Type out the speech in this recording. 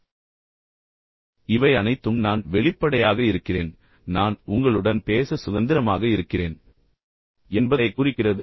எனவே இவை அனைத்தும் நான் வெளிப்படையாக இருக்கிறேன் நான் நேர்மையானவன் நான் உண்மையுள்ளவன் நான் உங்களுடன் பேச சுதந்திரமாக இருக்கிறேன் என்பதைக் குறிக்கிறது